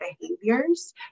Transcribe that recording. behaviors